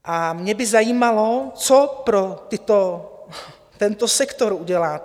A mě by zajímalo, co pro tento sektor uděláte.